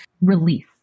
release